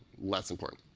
less important.